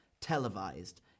televised